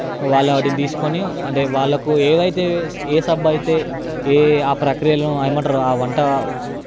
మళ్ళీ వాటిని తీసుకొని అంటే వాళ్ళకు ఏదైతే ఏ సబ్బైతే ఏ ఆ ప్రక్రియలో ఏమంటారు ఆ వంట